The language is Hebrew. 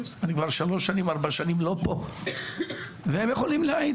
אני כבר שלוש-ארבע שנים לא פה והם יכולים להעיד,